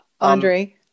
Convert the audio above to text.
Andre